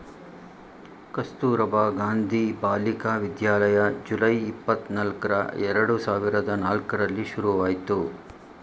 Kasturba Gandhi Balika Vidyalaya July, ಇಪ್ಪತನಲ್ಕ್ರ ಎರಡು ಸಾವಿರದ ನಾಲ್ಕರಲ್ಲಿ ಶುರುವಾಯ್ತು